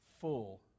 full